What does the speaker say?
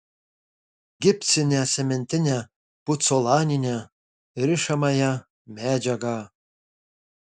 gipsinę cementinę pucolaninę rišamąją medžiagą